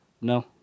No